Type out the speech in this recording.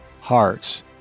hearts